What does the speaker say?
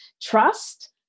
trust